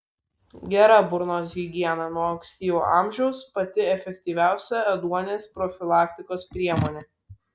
gera burnos higiena nuo ankstyvo amžiaus pati efektyviausia ėduonies profilaktikos priemonė